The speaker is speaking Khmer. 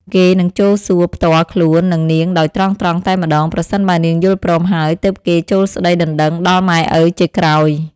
គេនិងចូលសួរផ្ទាល់ខ្លួននឹងនាងដោយត្រង់ៗតែម្ដង ប្រសិនបើនាងយល់ព្រមហើយ ទើបគេចូលស្ដីដណ្ដឹងដល់ម៉ែឪជាក្រោយ ។